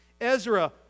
Ezra